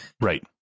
Right